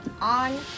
on